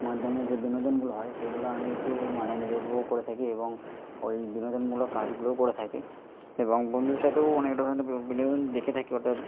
মাধ্যমে যে বিনোদনগুলো হয় সেইগুলো আমি একটু মানে নিজে উপভোগ করে থাকি এবং ওই বিনোদনমূলক কাজগুলোও করে থাকি এবং বন্ধুদের সাথেও অনেক ধরনের বিনোদন দেখে থাকি ওটা